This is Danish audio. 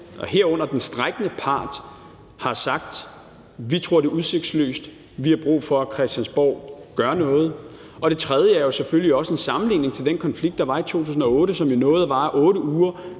herunder den strejkende part, har sagt: Vi tror, det er udsigtsløst, vi har brug for, at Christiansborg gør noget. Og for det tredje er der selvfølgelig også til sammenligning den konflikt, der var i 2008, som jo nåede at vare i 8 uger,